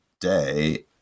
day